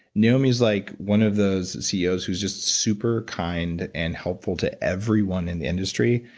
naomi is like one of those ceos who's just super kind and helpful to everyone in the industry.